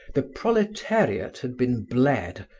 the proletariat had been bled,